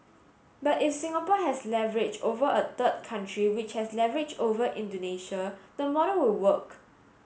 but if Singapore has leverage over a third country which has leverage over Indonesia the model will work